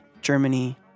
Germany